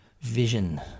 vision